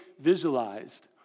visualized